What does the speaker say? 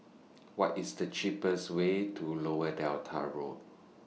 What IS The cheapest Way to Lower Delta Road